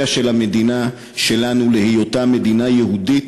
של המדינה שלנו בהיותה מדינה יהודית,